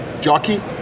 jockey